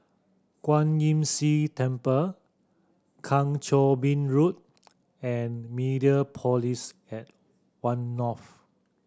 Kwan Imm See Temple Kang Choo Bin Road and Mediapolis at One North